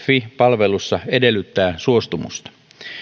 fi palvelussa edellyttää suostumusta